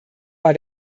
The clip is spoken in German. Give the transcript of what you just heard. war